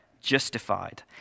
justified